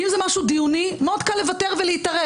אם זה משהו דיוני, מאוד קל לוותר ולהתערב.